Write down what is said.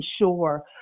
sure